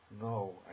no